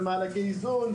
במענקי איזון,